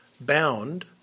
bound